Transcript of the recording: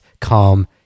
calm